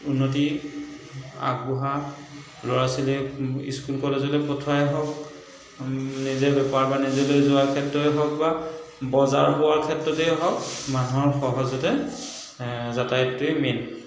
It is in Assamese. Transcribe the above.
উন্নতিত আগবঢ়া ল'ৰা ছোৱালীক স্কুল কলেজলৈ পঠোৱাই হওক নিজে বেপাৰ বাণিজ্যলৈ যোৱাৰ ক্ষেত্ৰই হওক বা বজাৰ পোৱা ক্ষেত্ৰতেই হওক মানুহৰ সহজতে যাতায়তটোৱেই মেইন